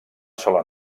sola